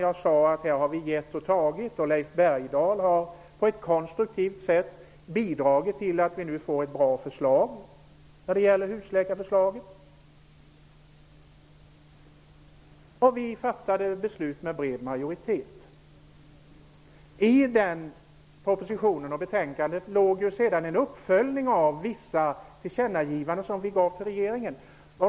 Jag sade att vi hade givit och tagit och att Leif Bergdahl på ett konstruktivt sätt hade bidragit till att ett bra förslag om husläkarna kunde läggas fram. Vi fattade beslut med bred majoritet. I propositionen och betänkandet ingick att det skulle göras en uppföljning av vissa tillkännagivanden till regeringen.